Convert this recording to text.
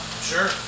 Sure